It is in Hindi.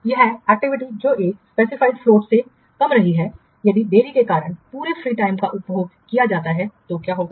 यह एक्टिविटी जो एक स्पेसिफाइड फ्लोट से कम रही है यदि देरी के कारण पूरे फ्री टाइम का उपभोग किया जाता है तो क्या होगा